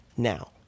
Now